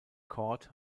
court